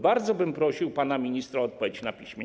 Bardzo bym prosił pana ministra o odpowiedź na piśmie.